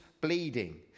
bleeding